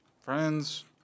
Friends